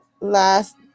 last